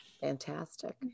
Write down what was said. Fantastic